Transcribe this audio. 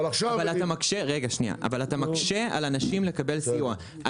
אתה מקשה על אנשים לקבל סיוע.